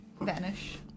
vanish